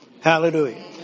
Hallelujah